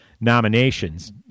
nominations